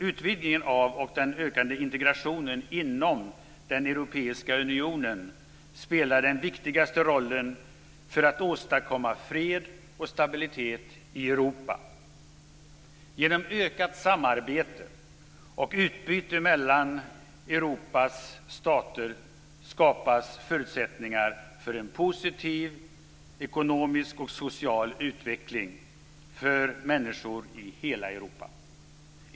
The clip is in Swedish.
Utvidgningen av och den ökande integrationen inom den europeiska unionen spelar den viktigaste rollen för att åstadkomma fred och stabilitet i Europa. Genom ökat samarbete och utbyte mellan Europas stater skapas förutsättningar för en positiv ekonomisk och social utveckling för människor i hela Europa.